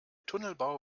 tunnelbau